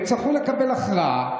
יצטרכו לקבל הכרעה,